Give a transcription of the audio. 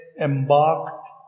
embarked